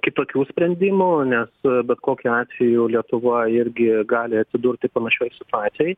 kitokių sprendimų nes bet kokiu atveju lietuva irgi gali atsidurti panašioj situacijoj